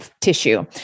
tissue